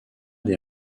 des